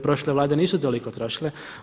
Prošle Vlade nisu toliko trošile.